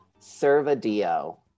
Servadio